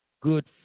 good